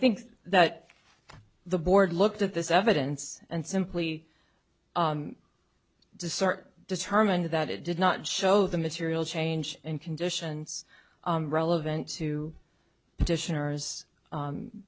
think that the board looked at this evidence and simply to sirt determined that it did not show the material change in conditions relevant to